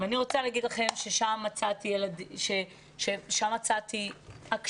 ואני רוצה להגיד לכם ששם מצאתי הקשבה,